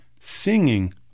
singing